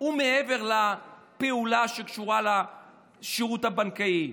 הוא מעבר לפעולה שקשורה לשירות הבנקאי.